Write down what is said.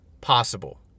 possible